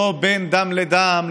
לא בין דם לדם,